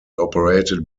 operated